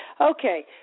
Okay